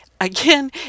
Again